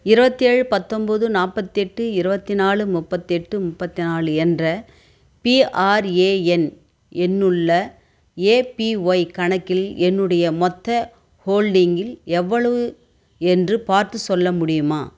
இருபத்தேழு பத்தொன்போது நாற்பத்தெட்டு இருபத்தி நாலு முப்பத்தெட்டு முப்பத்தி நாலு என்ற பிஆர்ஏஎன் எண்ணுள்ள ஏபிஒய் கணக்கில் என்னுடைய மொத்த ஹோல்டிங்கில் எவ்வளவு என்று பார்த்துச் சொல்ல முடியுமா